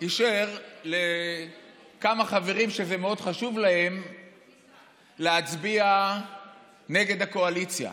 אישר לכמה חברים שזה מאוד חשוב להם להצביע נגד הקואליציה.